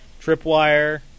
Tripwire